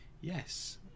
Yes